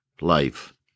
life